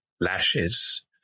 lashes